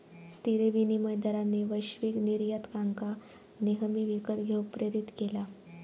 स्थिर विनिमय दरांनी वैश्विक निर्यातकांका नेहमी विकत घेऊक प्रेरीत केला